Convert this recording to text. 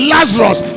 Lazarus